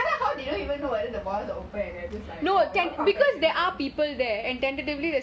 how did you even know whether the borders are open and just like oh you all come back